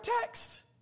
text